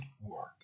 work